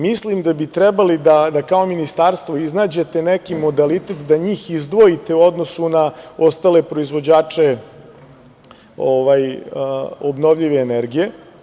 Mislim da bi trebali da kao ministarstvo iznađete neki modalitet da njih izdvojite u odnosu na ostale proizvođače obnovljive energije.